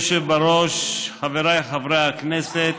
אדוני היושב בראש, חבריי חברי הכנסת,